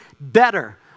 better